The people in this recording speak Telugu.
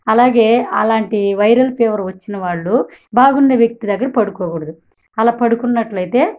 అలాగే అలాంటి వైరల్ ఫీవర్ వచ్చిన వాళ్ళు బాగున్న వ్యక్తి దగ్గర పడుకోకూడదు అలా పడుకున్నట్లయితే